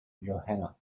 johanna